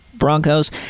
Broncos